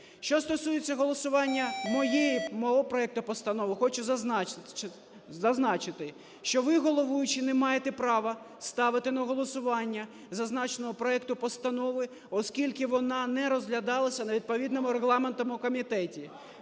Що стосується голосування мого проекту постанови, хочу зазначити, що ви головуючий не маєте права ставити на голосування зазначений проект постанови, оскільки він не розглядався на відповідному регламентному комітету.